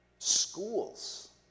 Schools